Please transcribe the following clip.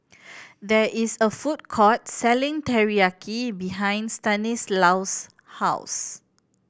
there is a food court selling Teriyaki behind Stanislaus' house